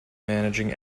managing